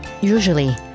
Usually